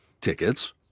tickets